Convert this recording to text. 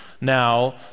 now